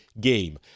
game